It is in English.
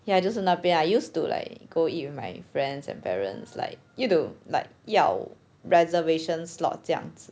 ya 就是那边 ah I used to like go eat with my friends and parents like you do 要 reservations slot 这样